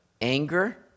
anger